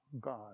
God